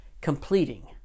completing